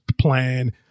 plan